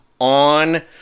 on